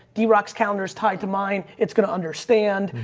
d rocks, calendars tied to mine. it's going to understand,